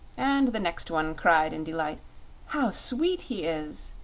and the next one cried in delight how sweet he is!